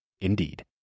Indeed